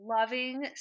loving